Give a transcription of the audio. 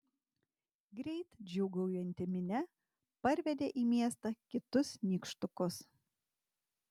greit džiūgaujanti minia parvedė į miestą kitus nykštukus